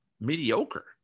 mediocre